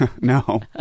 No